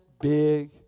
big